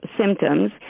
symptoms